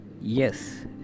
yes